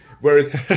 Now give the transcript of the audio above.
Whereas